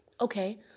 okay